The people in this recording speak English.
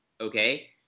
okay